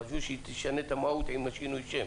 חשבו שהיא תשנה את המהות עם שינוי השם.